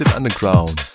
Underground